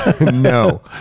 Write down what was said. no